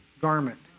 garment